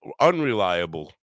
unreliable